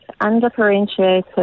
undifferentiated